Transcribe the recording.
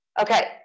Okay